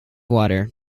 water